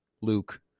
Luke